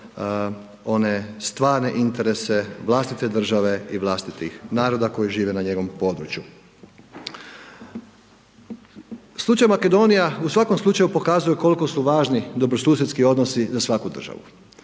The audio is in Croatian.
one stvarne interese vlastite države i vlastitih naroda koji žive na njenom području. Slučaj Makedonija u svakom slučaju pokazuje kolko su važni dobrosusjedski odnosi za svaku državu,